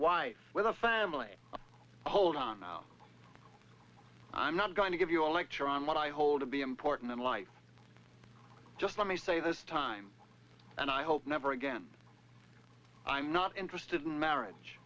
wife with a family hold on i'm not going to give you a lecture on what i hold to be important in life just let me say this time and i hope never again i'm not interested in marriage